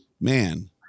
man